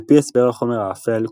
על-פי הסבר החומר האפל,